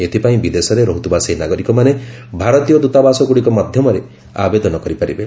ଏଥିପାଇଁ ବିଦେଶରେ ରହୁଥିବା ସେହି ନାଗରିକମାନେ ଭାରତୀୟ ଦୂତାବାସ ଗୁଡ଼ିକ ମାଧ୍ୟମରେ ଆବେଦନ କରିପାରିବେ